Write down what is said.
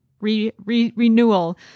renewal